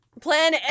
Plan